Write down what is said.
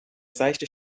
seichte